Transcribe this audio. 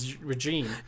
regime